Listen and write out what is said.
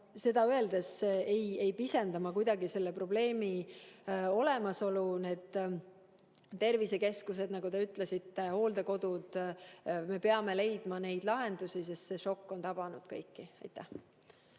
seda öeldes ei pisenda ma kuidagi selle probleemi olemasolu. Tervisekeskused, nagu te ütlesite, hooldekodud jne – me peame leidma lahendusi, sest see šokk on tabanud kõiki.